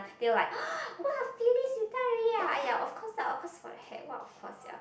they were like !wah! Phyllis you done already ah !aiya! of course ah of course for your head what of course ya